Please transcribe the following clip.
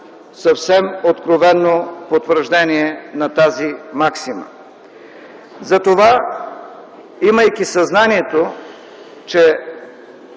съвсем откровено потвърждение на тази максима. Затова имайки съзнанието, че